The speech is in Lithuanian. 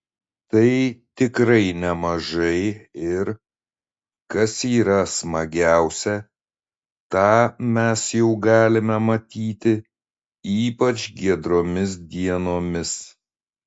tai tikrai nemažai ir kas yra smagiausia tą mes jau galime matyti ypač giedromis dienomis